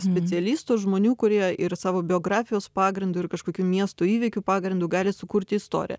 specialistų žmonių kurie ir savo biografijos pagrindu ir kažkokių miestų įvykių pagrindu gali sukurti istoriją